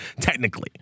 technically